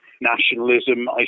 nationalism